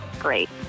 great